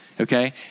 okay